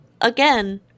again